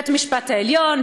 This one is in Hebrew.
בית-המשפט העליון,